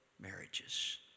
marriages